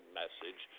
message